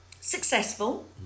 successful